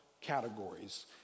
categories